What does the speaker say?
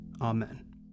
Amen